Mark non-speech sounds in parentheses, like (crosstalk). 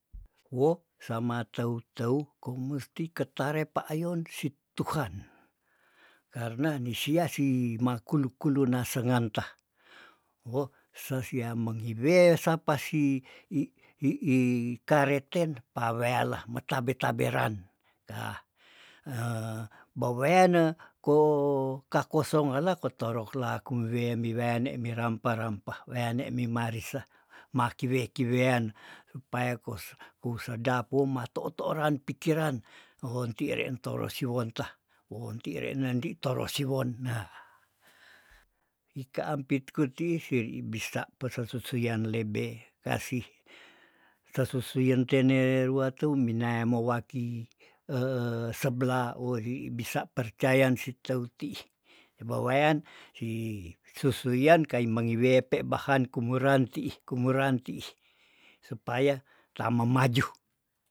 Woh sama teu- teu kong musti ketarepa ayon situhan karna ni sia si makulu kuluna senganta woh sesia mengiwe sapa sih ih ih kareten pawealah metabe taberan ah (hesitation) baweane ko kakosong wala kotorok la kumewe miwene mirampa- rampa weane mimarisa makiwe kiwean supaya kosuh sedap wo mato toran pikiran wontiren toro siwonta wonti re nen di torosiwonta wonti re nendi torosiwon nah, ika ampitkutii sei bisa pesesusuyan lebe kasih sesusuyen tene ruateum mina mowaki eh seblah oli bisa percayan siteu tiih ibawayan si susuyan kai mengiwepe bahan kumurantiih- kumerantiih supaya tamemaju.